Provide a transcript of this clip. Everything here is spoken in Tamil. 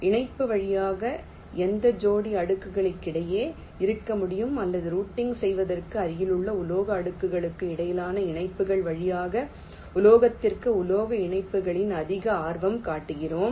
இணைப்பு வழியாக எந்த ஜோடி அடுக்குகளுக்கிடையில் இருக்க முடியும் அல்லது ரூட்டிங் செய்வதற்கு அருகிலுள்ள உலோக அடுக்குகளுக்கு இடையிலான இணைப்புகள் வழியாக உலோகத்திலிருந்து உலோக இணைப்புகளில் அதிக ஆர்வம் காட்டுகிறோம்